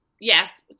yes